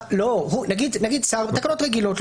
בתקנות רגילות,